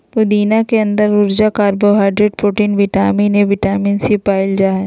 पुदीना के अंदर ऊर्जा, carbohydrate, protein, vitamin A, vitamin C, पाल जा हइ